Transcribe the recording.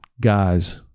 Guys